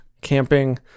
camping